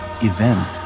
event